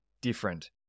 different